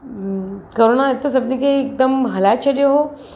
corona हिक त सभिनी खे हिकदमि हलाए छॾियो हुओ